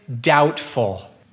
doubtful